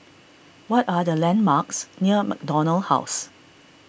what are the landmarks near MacDonald House